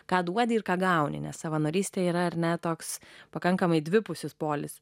ką duodi ir ką gauni ne savanorystė yra ar ne toks pakankamai dvipusis polis